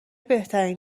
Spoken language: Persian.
بهترین